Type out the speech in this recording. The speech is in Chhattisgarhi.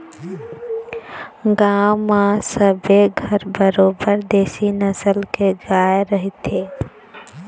गांव म सबे घर बरोबर देशी नसल के गाय रहिथे